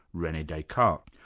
rene descartes.